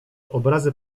obrazy